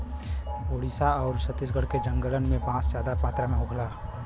ओडिसा आउर छत्तीसगढ़ के जंगलन में बांस जादा मात्रा में होला